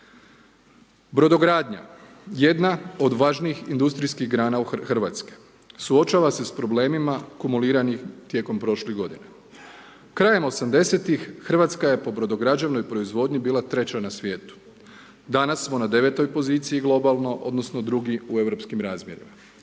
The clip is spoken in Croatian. Brodogradnja, jedna od važnijih industrijskih grana Hrvatske, suočava se s problemima kumuliranih tijekom prošlih g. Krajem '80. Hrvatska je po brodograđevnoj proizvodnji bila 3 na svijetu, danas smo na 9 poziciji globalno, odnosno, drugi u europskim razmjerama.